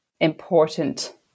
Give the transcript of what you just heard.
important